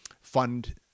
fund